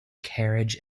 carriage